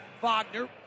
Wagner